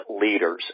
leaders